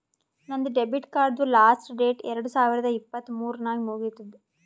ನಂದ್ ಡೆಬಿಟ್ ಕಾರ್ಡ್ದು last date ಎರಡು ಸಾವಿರದ ಇಪ್ಪತ್ ಮೂರ್ ನಾಗ್ ಮುಗಿತ್ತುದ್